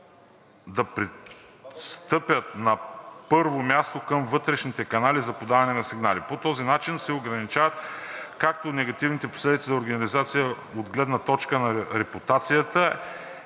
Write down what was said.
да пристъпят на първо място към вътрешните канали за подаване на сигнали. По този начин се ограничават както негативните последици за организацията от гледна точка на репутацията